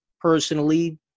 personally